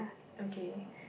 okay